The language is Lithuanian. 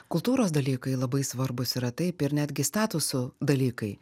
kultūros dalykai labai svarbūs yra taip ir netgi statusų dalykai